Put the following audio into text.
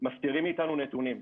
מסתירים מאיתנו נתונים.